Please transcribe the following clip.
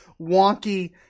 wonky